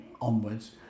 onwards